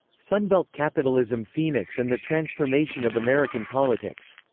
sunbelt capitalism phoenix and the transformation of american politics.